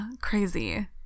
crazy